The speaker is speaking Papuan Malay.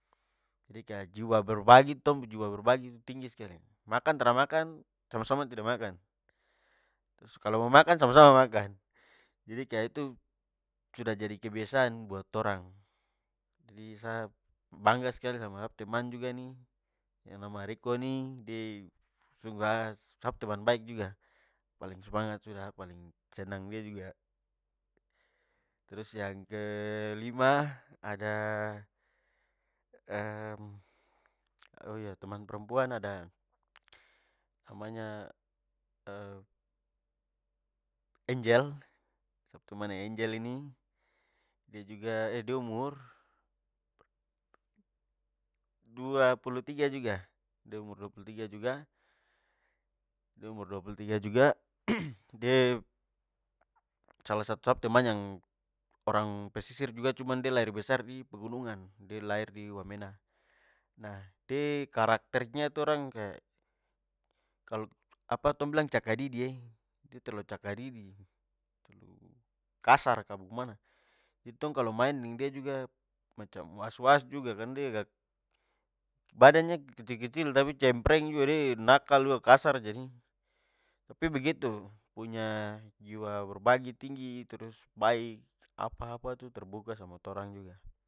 Jadi kaya jiwa berbagi tong pu jiwa berbagi- tu tinggi skali. Makan tra makan, sama-sama tidak makan. Trus kalo mo makan, sama-sama makan. Jadi kaya itu sudah jadi kebiasaan buat torang. Jadi, sa bangga skali sam sa pu teman juga nih yang nama riko nih de su gas sa pu teman baik juga, paling smangat sudah sa paling senang dia juga. Trus yang kelima, ada o iyo teman perempuan ada, namanya enjel. Sa pu teman enjel ini, de juga de umur dua puluh tiga juga de umur dua puluh tiga juga de umur dua puluh tiga juga- de salah satu sa pu teman yang orang pesisir juga, cuman de lahir besar di pegunungan, de lahir di wamena. Nah, de karakternya itu orang kaya kalo apa tong bilang cakadidi e. De terlalu cakadidi, kasar ka bagemana. Jadi tong kalo main deng dia juga macam was-was juga. Kan de agak, badannya kecil-kecil tapi cempreng juga, de nakal juga, kasar jadi. Tapi begitu, punya jiwa berbagi tinggi, trus baik, apa-apa tu terbuka sama torang.